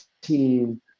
team